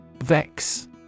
Vex